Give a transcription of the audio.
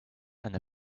and